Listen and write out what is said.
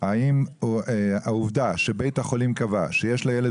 האם העובדה שבית החולים קבע שיש לילד